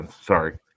sorry